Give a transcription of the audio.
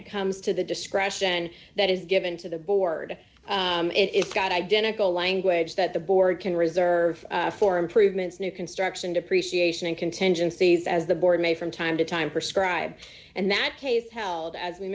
it comes to the discretion that is given to the board it's got identical language that the board can reserve for improvements new construction depreciation and contingencies as the board may from time to time prescribe and that case held as we